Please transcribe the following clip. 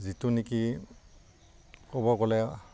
যিটো নেকি ক'ব গ'লে